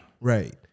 Right